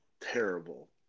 terrible